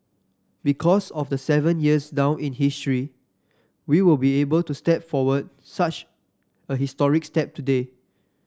because of the seven years down in history we will be able to step forward such a historic step today